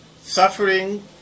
Suffering